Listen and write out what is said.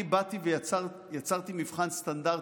אני באתי ויצרתי מבחן סטנדרטי.